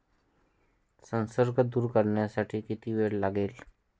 संसर्ग दूर करण्यासाठी किती वेळ लागेल?